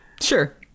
Sure